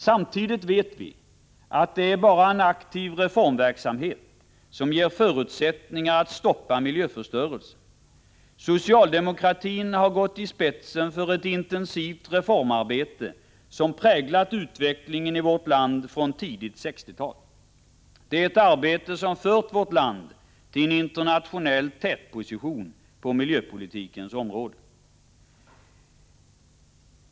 Samtidigt vet vi att bara en aktiv reformverksamhet ger förutsättningar att stoppa miljöförstörelsen. Socialdemokratin har gått i spetsen för ett intensivt reformarbete som präglat utvecklingen i vårt land från tidigt 1960-tal. Det är ett arbete som fört vårt land till en internationell tätposition på miljöpolitikens område.